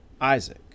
Isaac